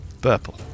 Purple